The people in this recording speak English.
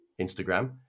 Instagram